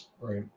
right